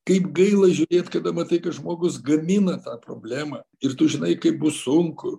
kaip gaila žiūrėt kada matai kad žmogus gamina tą problemą ir tu žinai kaip bus sunku